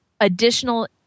additional